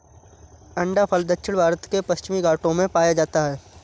अंडाफल दक्षिण भारत के पश्चिमी घाटों में पाया जाता है